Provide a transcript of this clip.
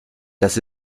das